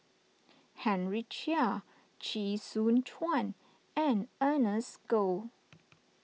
Henry Chia Chee Soon Juan and Ernest Goh